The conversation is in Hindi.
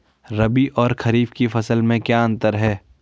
रबी और खरीफ की फसल में क्या अंतर है?